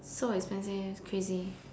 so expensive crazy